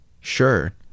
sure